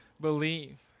believe